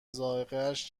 ذائقهاش